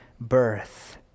birth